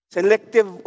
Selective